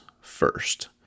first